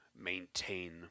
maintain